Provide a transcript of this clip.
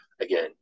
again